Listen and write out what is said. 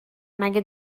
مگه